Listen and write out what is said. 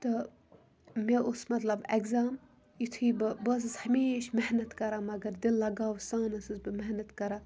تہٕ مےٚ اوس مَطلَب ایٚکزام ایتھُے بہٕ بہٕ ٲسِس ہَمیشہ محنت کَران مَگر دِل لَگاو سان ٲسٕس بہٕ محنَت کَران